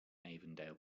avondale